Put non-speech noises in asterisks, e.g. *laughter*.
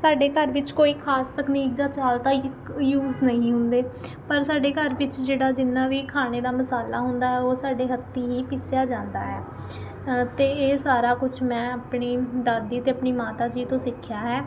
ਸਾਡੇ ਘਰ ਵਿੱਚ ਕੋਈ ਖਾਸ ਤਕਨੀਕ ਜਾਂ ਚਾਲਦਾ *unintelligible* ਯੂਜ਼ ਨਹੀਂ ਹੁੰਦੇ ਪਰ ਸਾਡੇ ਘਰ ਵਿੱਚ ਜਿਹੜਾ ਜਿੰਨਾਂ ਵੀ ਖਾਣੇ ਦਾ ਮਸਾਲਾ ਹੁੰਦਾ ਹੈ ਉਹ ਸਾਡੇ ਹੱਥੀਂ ਹੀ ਪਿਸਿਆ ਜਾਂਦਾ ਹੈ ਅਤੇ ਇਹ ਸਾਰਾ ਕੁਛ ਮੈਂ ਆਪਣੀ ਦਾਦੀ ਅਤੇ ਆਪਣੀ ਮਾਤਾ ਜੀ ਤੋਂ ਸਿੱਖਿਆ ਹੈ